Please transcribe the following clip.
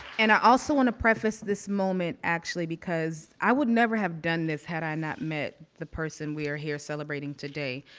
and i also want to preface this moment actually, because i would never have done this had i not met the person we are here celebrating today.